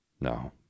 No